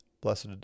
Blessed